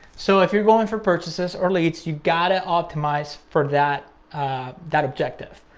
so if you're going for purchases or leads, you gotta optimize for that that objective.